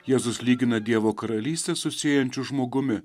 jėzus lygina dievo karalystę su sėjančiu žmogumi